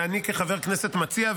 אני כחבר כנסת מציע,